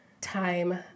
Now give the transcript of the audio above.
time